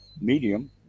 medium